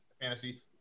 fantasy